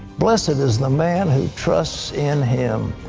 blessed and is the man who trusts in him.